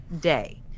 day